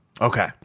Okay